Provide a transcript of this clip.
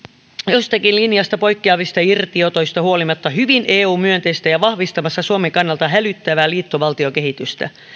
joistakin linjasta poikkeavista irtiotoista huolimatta hyvin eu myönteistä ja vahvistamassa suomen kannalta hälyttävää liittovaltiokehitystä